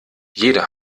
jeder